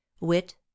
wit